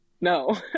no